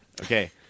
Okay